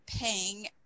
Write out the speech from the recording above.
paying